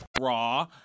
Raw